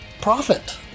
profit